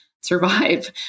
survive